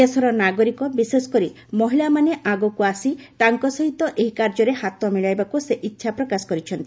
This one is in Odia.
ଦେଶର ନାଗରିକ ବିଶେଷକରି ମହିଳାମାନେ ଆଗକୁ ଆସି ତାଙ୍କ ସହିତ ଏହି କାର୍ଯ୍ୟରେ ହାତ ମିଳାଇବାକୁ ସେ ଇଚ୍ଛା ପ୍ରକାଶ କରିଛନ୍ତି